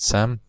Sam